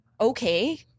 okay